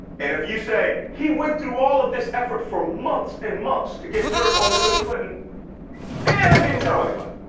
and if you say he went through all of this effort for months and months to get dirt on hillary clinton and didn't tell anybody,